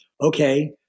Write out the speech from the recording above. okay